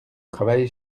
travail